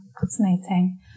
fascinating